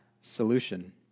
solution